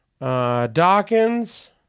Dawkins